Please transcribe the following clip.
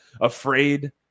afraid